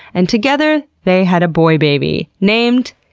and together they had a boy baby named,